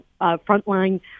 frontline